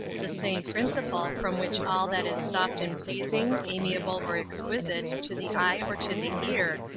the same principle from which all that is soft and pleasing, amiable or exquisite, to the eye or to the ear,